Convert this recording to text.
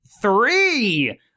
three